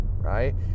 right